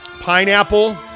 Pineapple